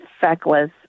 feckless